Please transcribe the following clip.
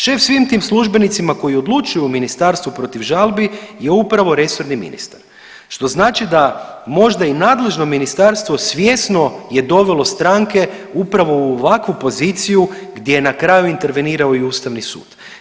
Šef svim tim službenicima koji odlučuju u ministarstvu protiv žalbi je upravo resorni ministar što znači da možda i načelno ministarstvo svjesno je dovelo stranke upravo u ovakvu poziciju gdje je na kraju intervenirao i Ustavni sud.